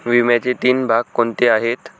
विम्याचे तीन भाग कोणते आहेत?